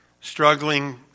Struggling